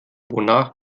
wonach